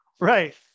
right